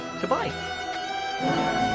goodbye